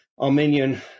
Armenian